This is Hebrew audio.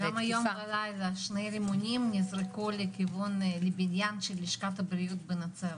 גם היום בלילה שני רימונים נזרקו לבניין של לשכת הבריאות בנצרת.